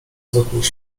zwykłych